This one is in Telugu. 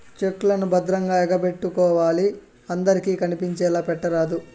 చెక్ లను భద్రంగా ఎగపెట్టుకోవాలి అందరికి కనిపించేలా పెట్టరాదు